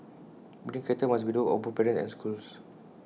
building character must be the work of both parents and schools